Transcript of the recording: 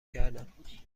کردم